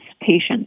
patients